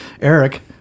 Eric